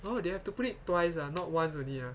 oh they have to put it twice ah not once only ah